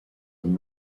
and